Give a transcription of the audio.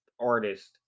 artist